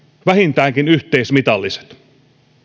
vähintäänkin yhteismitalliset